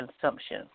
consumption